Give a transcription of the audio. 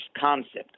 concept